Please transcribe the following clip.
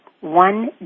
One